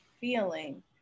feeling